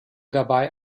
dabei